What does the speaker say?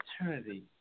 eternity